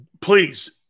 Please